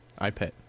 iPad